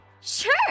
Sure